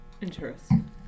Interesting